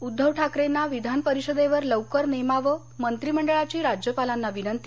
उद्धव ठाकरेंना विधानपरिषदेवर लवकर नेमावं मंत्रिमंडळाची राज्यपालाना विनंती